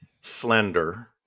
slender